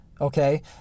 okay